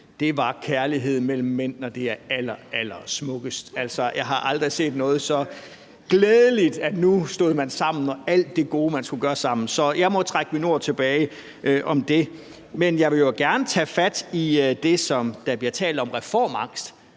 Det var kærlighed mellem mænd, når det er allerallersmukkest. Altså, jeg har aldrig set noget så glædeligt – nu stod man sammen, om alt det gode, man skulle gøre sammen – så jeg må trække mine ord om det tilbage. Men jeg vil gerne tage fat i det, som der bliver talt om, med reformangst,